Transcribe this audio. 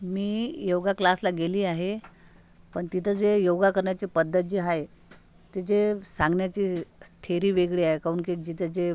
मी yoga क्लासला गेली आहे पण तिथं जे योगा करण्याची पद्धत जी आहे ती जे सांगण्याची थेरी वेगळी आहे काहून की जिथं जे